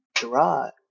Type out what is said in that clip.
Gerard